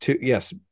Yes